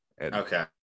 Okay